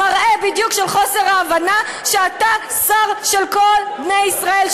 מראה בדיוק את חוסר ההבנה שאתה שר של כל בני ישראל,